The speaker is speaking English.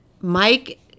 Mike